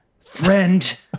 friend